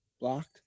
blocked